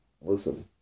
listen